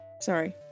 Sorry